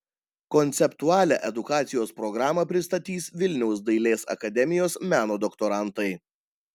konceptualią edukacijos programą pristatys vilniaus dailės akademijos meno doktorantai